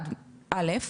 א.